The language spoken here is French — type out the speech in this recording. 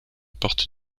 portes